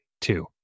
two